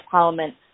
Parliament